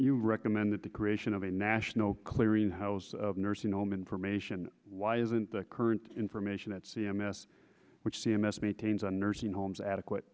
you recommend that the creation of a national clearinghouse of nursing home information why isn't the current information at c m s which c m s maintains a nursing homes adequate